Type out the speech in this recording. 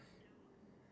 okay